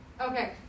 Okay